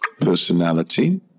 personality